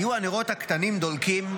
"היו הנרות הקטנים דולקים,